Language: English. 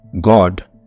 God